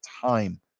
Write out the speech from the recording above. time